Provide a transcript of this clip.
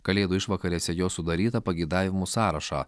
kalėdų išvakarėse jo sudarytą pageidavimų sąrašą